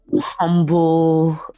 humble